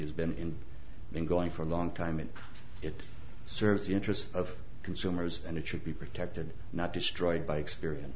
has been going for a long time and it serves the interest of consumers and it should be protected not destroyed by experience